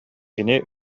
кини